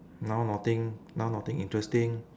now nothing now nothing interesting